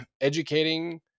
educating